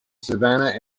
savannah